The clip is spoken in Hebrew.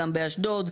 גם באשדוד.